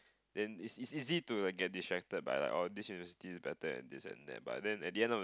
then it's it's easy to get distracted by like oh this university is better than this and that but then at the end of the